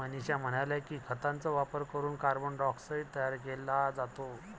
मनीषा म्हणाल्या की, खतांचा वापर करून कार्बन डायऑक्साईड तयार केला जातो